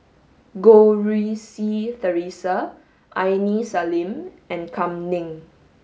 Goh Rui Si Theresa Aini Salim and Kam Ning